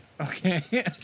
Okay